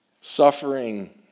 suffering